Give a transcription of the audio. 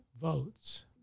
votes